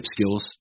skills